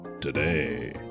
today